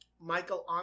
Michael